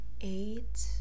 eight